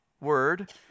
word